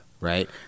right